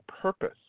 purpose